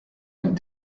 ein